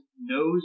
knows